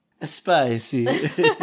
spicy